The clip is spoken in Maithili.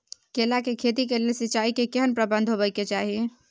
केला के खेती के लेल सिंचाई के केहेन प्रबंध होबय के चाही?